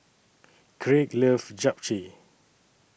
Craig loves Japchae